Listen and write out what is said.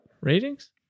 Ratings